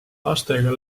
lastega